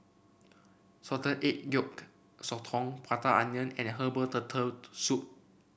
Salted Egg Yolk Sotong Prata Onion and Herbal Turtle Soup